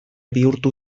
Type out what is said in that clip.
bihurtu